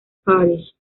parish